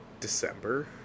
December